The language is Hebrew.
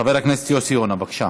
חבר הכנסת יוסי יונה, בבקשה.